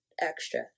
Extra